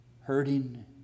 hurting